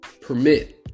permit